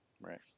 right